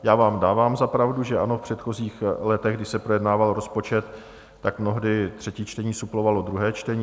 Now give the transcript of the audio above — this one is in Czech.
Já vám dávám za pravdu, že ano, v předchozích letech, kdy se projednával rozpočet, mnohdy třetí čtení suplovalo druhé čtení.